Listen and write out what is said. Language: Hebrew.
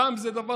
ים זה דבר